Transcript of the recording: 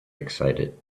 excited